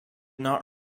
not